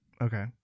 Okay